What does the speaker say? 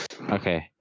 Okay